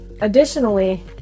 Additionally